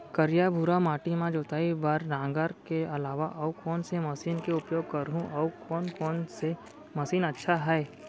करिया, भुरवा माटी म जोताई बार नांगर के अलावा अऊ कोन से मशीन के उपयोग करहुं अऊ कोन कोन से मशीन अच्छा है?